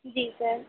जी sir